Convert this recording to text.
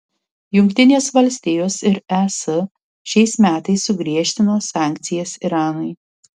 jungtinės valstijos ir es šiais metais sugriežtino sankcijas iranui